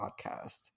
podcast